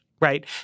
right